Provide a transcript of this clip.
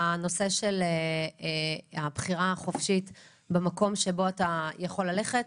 הנושא של הבחירה החופשית במקום שבו אתה יכול ללכת.